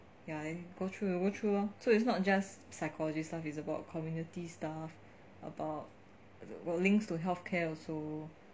ya and go through go through so it's not just psychology stuff is about community stuff about the links to health care also